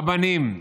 רבנים,